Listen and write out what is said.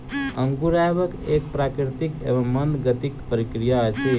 अंकुरायब एक प्राकृतिक एवं मंद गतिक प्रक्रिया अछि